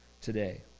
today